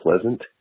Pleasant